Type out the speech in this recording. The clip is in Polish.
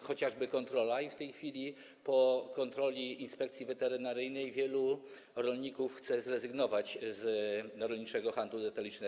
chociażby kontrola, i w tej chwili po kontroli Inspekcji Weterynaryjnej wielu rolników chce zrezygnować z rolniczego handlu detalicznego.